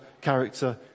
character